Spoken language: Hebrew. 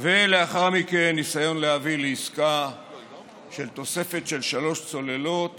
לאחר מכן ניסיון להביא לעסקה של תוספת של שלוש צוללות